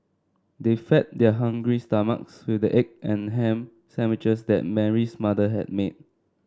they fed their hungry stomachs with the egg and ham sandwiches that Mary's mother had made